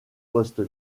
poste